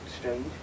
Strange